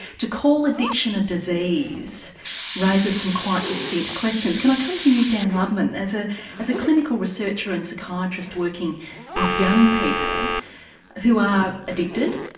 to call addiction a disease raises some quite distinct questions. can i come to you dan lubman? as ah as a clinical researcher and psychiatrist working with young people who are addicted,